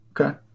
Okay